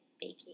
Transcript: baking